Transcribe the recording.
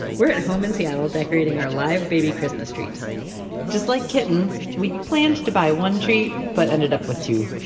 we're at home in seattle decorating our live baby christmas trees just like kittens, we planned to buy one tree but ended up with two.